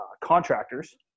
contractors